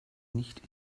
nicht